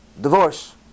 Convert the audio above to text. Divorce